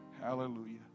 Hallelujah